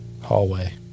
hallway